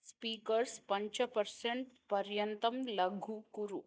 speakers पञ्च percent पर्यन्तं लघु कुरु